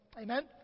Amen